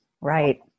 right